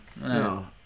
No